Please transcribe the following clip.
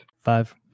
Five